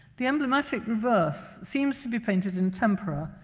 the emblematic reverse seems to be painted in tempera,